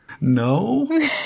No